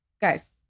guys